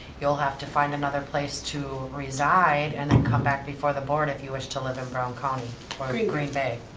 you'll have to find another place to reside and then come back before the board if you wish to live in brown county, or green bay.